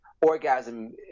orgasm